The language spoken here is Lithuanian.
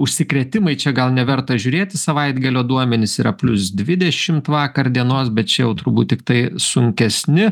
užsikrėtimai čia gal neverta žiūrėt į savaitgalio duomenis yra plius dvidešimt vakar dienos bet čia turbūt tiktai sunkesni